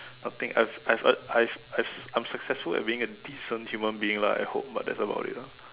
something I've I've uh I I I'm successful at being a decent human being lah I hope but that's about it lah